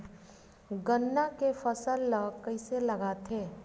गन्ना के फसल ल कइसे लगाथे?